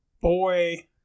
boy